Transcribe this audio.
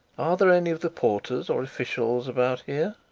are there any of the porters or officials about here?